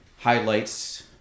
highlights